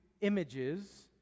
images